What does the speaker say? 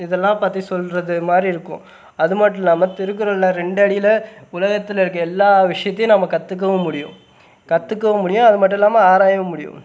இதெல்லாம் பற்றி சொல்வது மாதிரி இருக்கும் அது மட்டுல்லாமல் திருக்குறளில் ரெண்டடியில் உலகத்தில் இருக்கற எல்லா விஷயத்தையும் நம்ம கற்றுக்கவும் முடியும் கற்றுக்கவும் முடியும் அது மட்டும் இல்லாமல் ஆராயவும் முடியும்